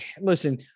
listen